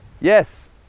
Yes